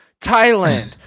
Thailand